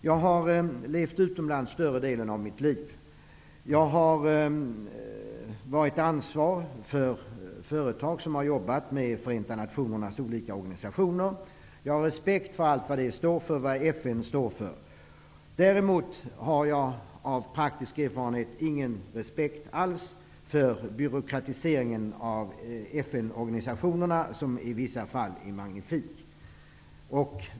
Jag har levt utomlands större delen av mitt liv. Jag har varit ansvarig för företag som har arbetat med Förenta nationernas olika organisationer. Jag har respekt för allt vad FN står för. Däremot har jag av praktisk erfarenhet ingen respekt alls för byråkratiseringen av FN-organisationerna som i vissa fall är magnifik.